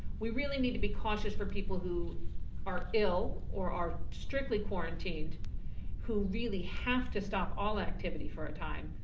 we really need to be cautious for people who are ill or are strictly quarantined who really have to stop all activity for a time.